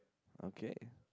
okay